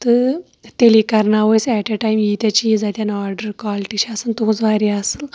تہٕ تیلے کَرناوو أسۍ ایٹ اے ٹایِم ییٖتیاہ چیٖز اَتٮ۪ن آرڈَر کالٹی چھِ آسَن تُہُنٛز واریاہ اَصٕل